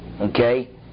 Okay